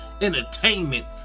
Entertainment